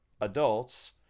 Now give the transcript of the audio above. adults